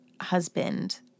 husband